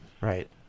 right